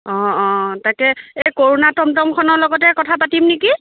অঁ অঁ তাকে এই কৰুণা টমটমখনৰ লগতে কথা পাতিম নেকি